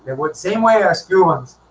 and would same way as humans